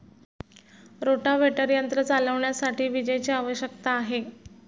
rotavator यंत्र चालविण्यासाठी विजेची आवश्यकता आहे